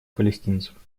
палестинцев